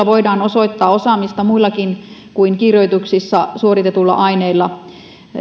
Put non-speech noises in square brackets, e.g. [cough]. [unintelligible] voidaan osoittaa osaamista muillakin kuin kirjoituksissa suoritetulla aineilla